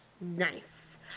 Nice